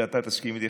ואתה תסכים איתי,